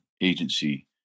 agency